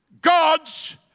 God's